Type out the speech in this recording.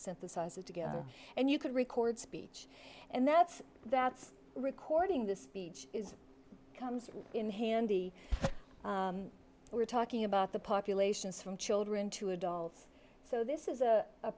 synthesize it together and you could record speech and that's that's recording the speech is comes in handy we're talking about the populations from children to adults so this is